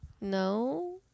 No